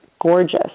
gorgeous